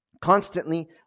constantly